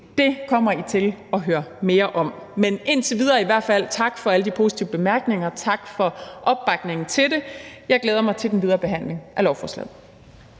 Det kommer I til at høre mere om. Men indtil videre vil jeg i hvert fald sige tak for alle de positive bemærkninger, tak for opbakningen til det. Jeg glæder mig til den videre behandling af lovforslaget.